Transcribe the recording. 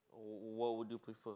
wha~ what would you prefer